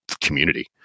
community